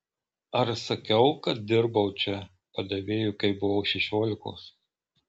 ar sakiau kad dirbau čia padavėju kai buvau šešiolikos